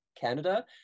Canada